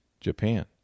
Japan